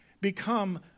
become